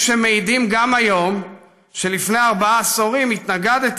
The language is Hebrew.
יש שמעידים גם היום שלפני ארבעה עשורים התנגדת